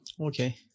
Okay